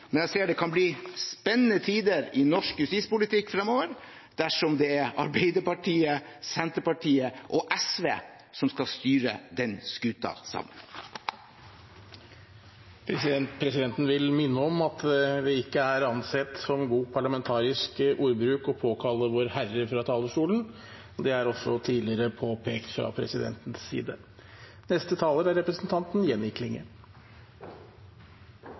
men jeg ser det kan bli spennende tider i norsk justispolitikk framover dersom det er Arbeiderpartiet, Senterpartiet og SV som skal styre den skuta sammen. Presidenten vil minne om at det ikke er ansett som god parlamentarisk ordbruk å påkalle Vårherre fra talerstolen. Det er også tidligere påpekt fra presidentens side. Representanten frå SV seier at ein ikkje kan skylde på innvandrarar for alt som er